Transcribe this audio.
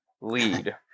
lead